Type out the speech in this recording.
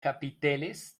capiteles